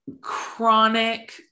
chronic